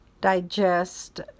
digest